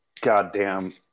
goddamn